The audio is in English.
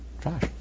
trash